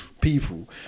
people